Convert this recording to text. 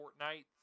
Fortnite